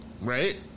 right